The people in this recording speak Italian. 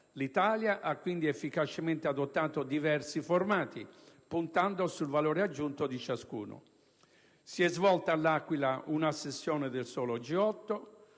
l'Italia ha quindi efficacemente adottato diversi formati, puntando sul valore aggiunto di ciascuno. Si sono svolti a L'Aquila: una sessione del solo G8;